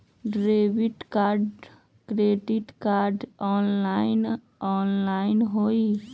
Debit card credit card offline online होई?